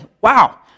wow